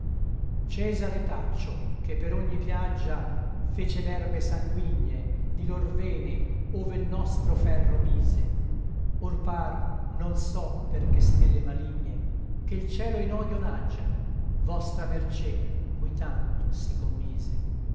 cesare taccio che per ogni piaggia fece l'erbe sanguigne di lor vene ove l nostro ferro mise or par non so per che stelle maligne che l cielo in odio n'aggia vostra mercé cui tanto si commise